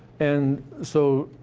and so,